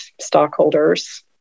stockholders